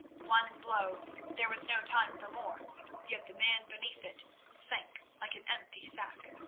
one blow there was no time for more yet the man beneath it sank like an empty sack.